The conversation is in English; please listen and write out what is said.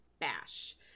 bash